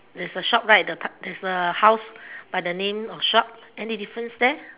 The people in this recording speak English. there's a shop right at the p~ there's a house by the name of shop any difference there